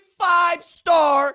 five-star